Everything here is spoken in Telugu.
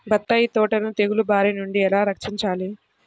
బత్తాయి తోటను తెగులు బారి నుండి ఎలా రక్షించాలి?